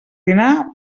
dinar